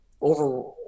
over